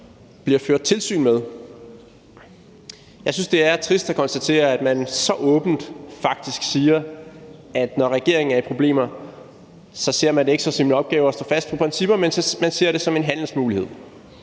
på. Jeg synes, det er trist at konstatere, at man så åbent faktisk siger, at når regeringen er i problemer, ser man det ikke som sin opgave at stå fast på principperne, men man ser det som en handelsmulighed.